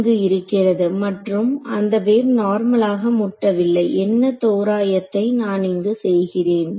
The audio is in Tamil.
இங்கு இருக்கிறது மற்றும் அந்த வேவ் நார்மலாக முட்டவில்லை என்ன தோராயத்தை நான் இங்கு செய்கிறேன்